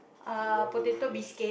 uh potato biscuit